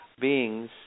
beings